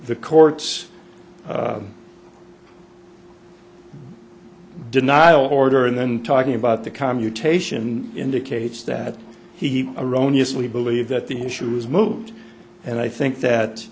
the court's denial order and then talking about the commutation indicates that he erroneous we believe that the issue is moot and i think that